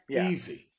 Easy